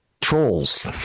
trolls